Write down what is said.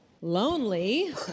lonely